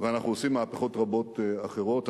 ואנחנו עושים מהפכות רבות אחרות.